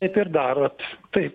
taip ir darot taip